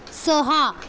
सहा